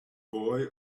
boy